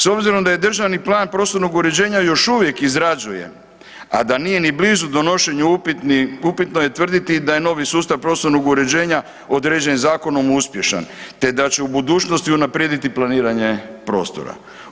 S obzirom da je državni plan prostornog uređenja još uvijek izrađuje, a da nije ni blizu donošenje upitno je tvrditi da je novi sustav prostornog uređenja određen zakonom uspješan te da će u budućnosti unaprijediti planiranje prostora.